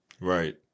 Right